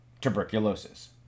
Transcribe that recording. tuberculosis